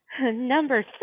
Number